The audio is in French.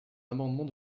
amendement